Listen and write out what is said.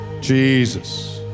Jesus